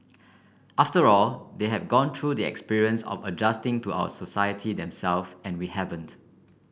after all they have gone through the experience of adjusting to our society themselves and we haven't